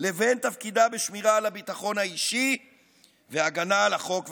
לבין תפקידה בשמירה על הביטחון האישי והגנה על החוק והסדר.